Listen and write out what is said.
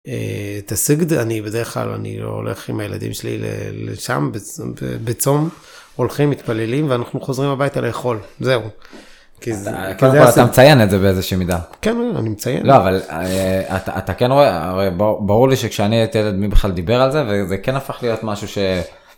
תעשה את זה, אני בדרך כלל אני הולך עם הילדים שלי לשם בצום הולכים מתפללים ואנחנו חוזרים הביתה לאכול זהו. אתה מציין את זה באיזושהי מידה? כן אני מציין. לא אבל, אתה כן רואה ברור לי שכשאני הייתי ילד מי בכלל דיבר על זה וזה כן הפך להיות משהו ש.